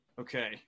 Okay